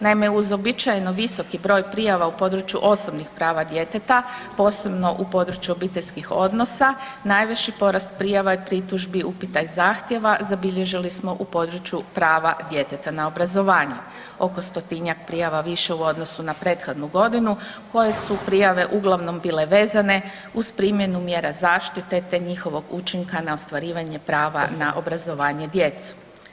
Naime uz uobičajeno visoki broj prijava u području osobnih prava djeteta, posebno u području obiteljskih odnosa najviši porast prijava i pritužbi, upita i zahtjeva zabilježili smo u području prava djeteta na obrazovanje, oko stotinjak prijava više u odnosu na prethodnu godinu koje su prijave uglavnom bile vezane uz primjenu mjera zaštite te njihovog učinka na ostvarivanje prava na obrazovanje djece.